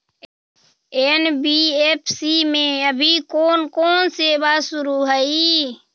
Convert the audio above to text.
NBFC में अभी कोन कोन सेवा शुरु हई?